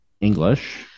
English